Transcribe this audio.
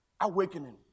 awakening